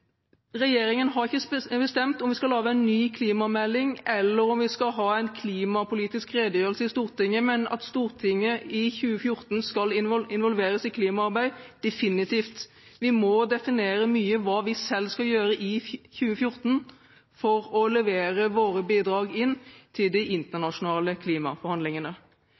Regjeringen har ikke bestemt om vi skal lage en ny klimamelding eller om vi skal ha en klimapolitisk redegjørelse i Stortinget, men at Stortinget i 2014 skal involveres i klimaarbeid, er definitivt. Vi må for en stor del selv definere hva vi skal gjøre i 2014, for å levere våre bidrag inn til de internasjonale klimaforhandlingene.